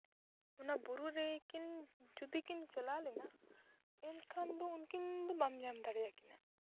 ᱚᱱᱟ ᱵᱩᱨᱩ ᱨᱮᱠᱤᱱ ᱡᱩᱫᱤ ᱠᱤᱱ ᱪᱟᱞᱟᱣ ᱞᱮᱱᱟ ᱮᱱᱠᱷᱟᱱ ᱫᱚ ᱩᱱᱠᱤᱱ ᱫᱚ ᱵᱟᱢ ᱧᱟᱢ ᱫᱟᱲᱮᱭᱟᱠᱤᱱᱟ